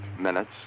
minutes